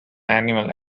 animal